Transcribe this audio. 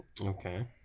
Okay